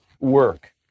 work